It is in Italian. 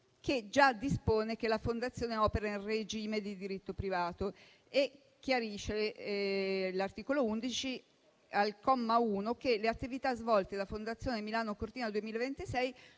che dispone che la Fondazione opera in regime di diritto privato. L'articolo 11, al comma 1, chiarisce che le attività svolte da Fondazione Milano-Cortina 2026